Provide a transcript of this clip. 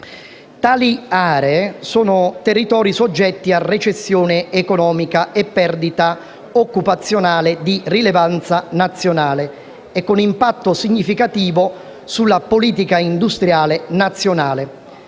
come aree, soggette a recessione economica e crisi occupazionale di rilevanza nazionale e con impatto significativo sulla politica industriale nazionale,